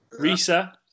Risa